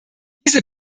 diese